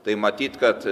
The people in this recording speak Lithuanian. tai matyt kad